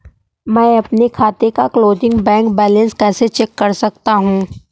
मैं अपने खाते का क्लोजिंग बैंक बैलेंस कैसे चेक कर सकता हूँ?